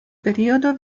periodo